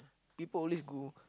people always go